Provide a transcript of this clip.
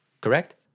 correct